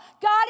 God